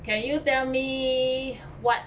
can you tell me what